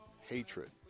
hatred